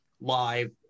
live